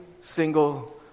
single